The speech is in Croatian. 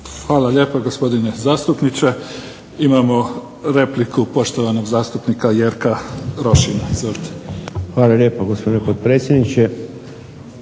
Hvala lijepo gospodine zastupniče. Imamo repliku poštovanog zastupnika Jerka Rošina. Izvolite. **Rošin, Jerko